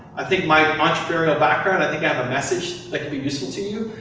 i think my entrepreneurial background, i think i have a message that could be useful to you.